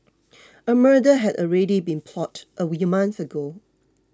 a murder had already been plotted a month ago